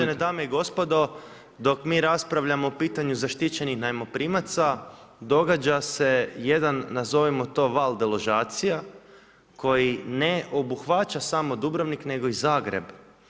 Uvažene dame i gospodo, dok mi raspravljamo o pitanju zaštićenih najmoprimaca događa se jedan, nazovimo to, val deložacija koji ne obuhvaća ne samo Dubrovnik nego i Zagreb.